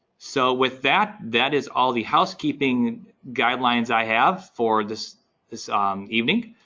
so with that, that is all the housekeeping guidelines i have for this this um evening.